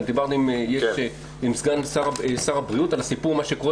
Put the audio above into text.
דיברנו עם סגן שר הבריאות על הסיפור שקורה